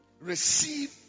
receive